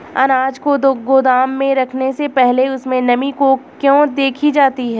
अनाज को गोदाम में रखने से पहले उसमें नमी को क्यो देखी जाती है?